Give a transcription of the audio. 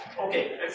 Okay